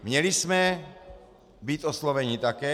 Měli jsme být osloveni také.